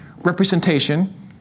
representation